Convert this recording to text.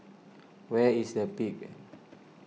where is the Peak